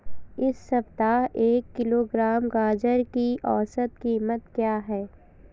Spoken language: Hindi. इस सप्ताह एक किलोग्राम गाजर की औसत कीमत क्या है?